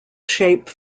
shape